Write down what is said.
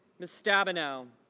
mrs. staben now